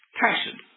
Passion